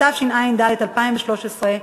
התשע"ד 2013,